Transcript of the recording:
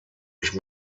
ich